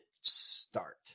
start